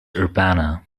urbana